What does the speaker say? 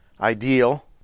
ideal